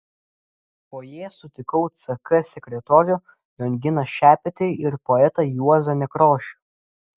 fojė sutikau ck sekretorių lionginą šepetį ir poetą juozą nekrošių